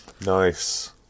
Nice